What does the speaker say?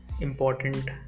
important